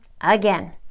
again